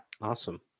Awesome